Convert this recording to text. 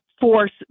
force